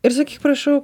ir sakyk prašau